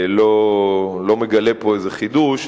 לא מגלה פה איזה חידוש,